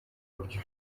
buryo